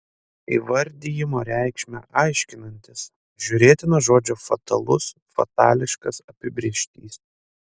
įvardijimo reikšmę aiškinantis žiūrėtina žodžio fatalus fatališkas apibrėžtys